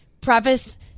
preface